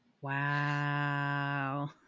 wow